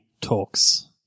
talks